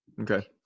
Okay